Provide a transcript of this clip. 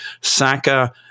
Saka